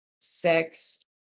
six